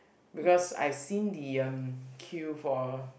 because I seen the um queue for